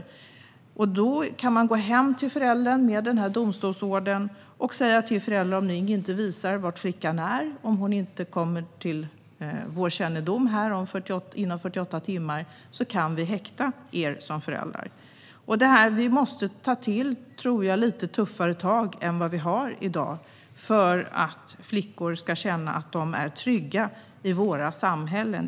Det innebär att man kan gå hem till föräldrarna med domstolsordern och säga till dem att om de inte kan visa var flickan är inom 48 timmar kan föräldrarna häktas. Sverige måste ta till lite tuffare tag än vad som finns i dag för att flickor ska känna sig trygga i våra samhällen.